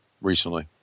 recently